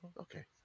Okay